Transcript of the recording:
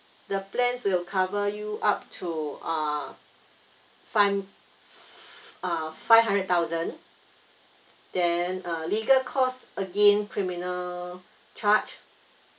the plans will cover you up to uh five f~ uh five hundred thousand then uh legal cost against criminal charge